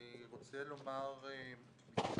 אני מוכרח לומר, אם אפשר,